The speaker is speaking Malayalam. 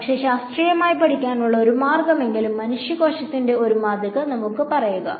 പക്ഷേ ശാസ്ത്രീയമായി പഠിക്കാനുള്ള ഒരു മാർഗ്ഗമെങ്കിലും മനുഷ്യകോശത്തിന്റെ ഒരു മാതൃക നമുക്ക് പറയുക